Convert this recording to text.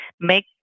make